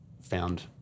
found